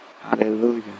Hallelujah